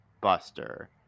Buster